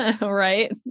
Right